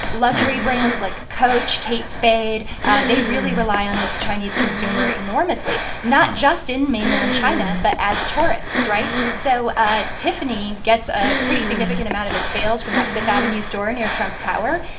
luxury brands like coach, kate spade they really rely on the chinese consumer enormously, not just in mainland china but as tourists, right? so ah tiffany gets a pretty significant amount of its sales from that fifth avenue store near trump tower.